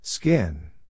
Skin